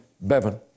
Bevan